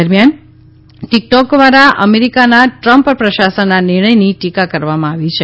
દરમિયાન ટીકટોક વારા અમેરીકાના ટ્રમ્પ પ્રશાસનના નિર્ણયની ટીકા કરવામાં આવી છે